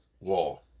wall